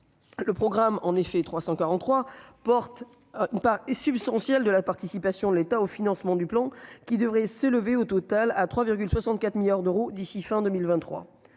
le programme en effet 343 porte une part substantielle de la participation de l'État au financement du plan qui devrait s'élever au total à 3,64 milliards d'euros d'ici fin 2023,